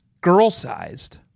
girl-sized